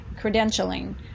credentialing